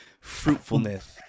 Fruitfulness